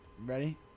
ready